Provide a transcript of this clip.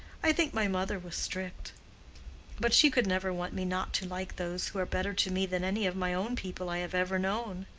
i think my mother was strict but she could never want me not to like those who are better to me than any of my own people i have ever known.